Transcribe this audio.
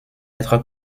être